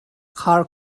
khar